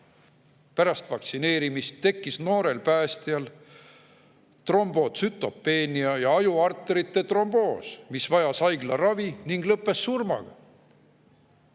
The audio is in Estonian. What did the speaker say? pärast vaktsineerimist tekkis noorel päästjal trombotsütopeenia ja ajuarterite tromboos. Ta vajas haiglaravi ning [juhtum] lõppes surmaga.